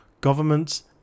governments